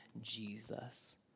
Jesus